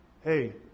Hey